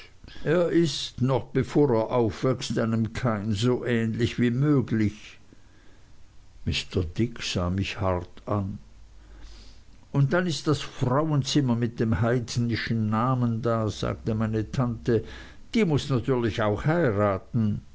er ist noch bevor er aufwächst einem kain so ähnlich wie möglich mr dick sah mich hart an und dann ist das frauenzimmer mit dem heidnischen namen da sagte meine tante die muß natürlich auch heiraten